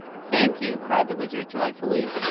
thank you! cried the wizard, joyfully,